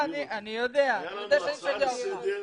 הייתה לנו הצעה לסדר,